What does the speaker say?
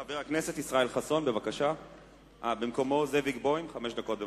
חבר הכנסת זאב בוים, חמש דקות.